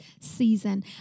season